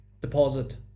deposit